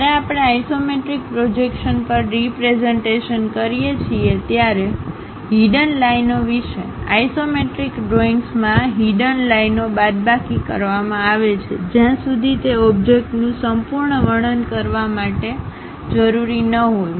જ્યારે આપણે isometric projection પર રીપ્રેઝન્ટેશન કરીએ છીએ ત્યારે હિડન લાઇનઓ વિશે આઇસોમેટ્રિક ડ્રોઇંગ્સમાં હિડન લાઇનઓ બાદબાકી કરવામાં આવે છે જ્યાં સુધી તે ઓબ્જેક્ટનું સંપૂર્ણ વર્ણન કરવા માટે જરૂરી ન હોય